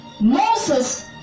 Moses